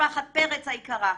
משפחת פרץ היקרה,